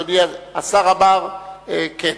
השר אמר כן,